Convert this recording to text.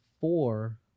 four